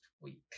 week